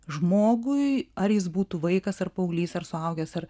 žmogui ar jis būtų vaikas ar paauglys ar suaugęs ar